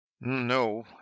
no